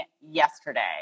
yesterday